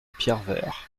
pierrevert